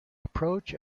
approach